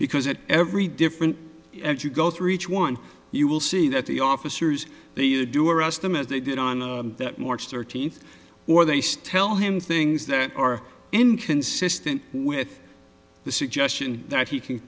because it every different you go through each one you will see that the officers that you do are us them as they did on march thirteenth or they stelle him things that are inconsistent with the suggestion that he can